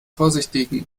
vorsichtigen